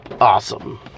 awesome